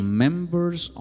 members